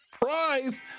prize